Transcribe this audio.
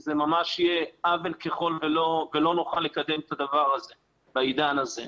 זה ממש יהיה עוול אם לא נוכל לקדם את הדבר הזה בעידן הזה.